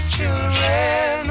Children